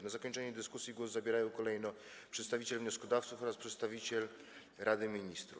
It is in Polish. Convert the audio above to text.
Na zakończenie dyskusji głos zabierają kolejno przedstawiciel wnioskodawców oraz przedstawiciel Rady Ministrów.